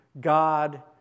God